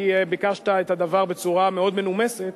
כי ביקשת את הדבר בצורה מאוד מנומסת,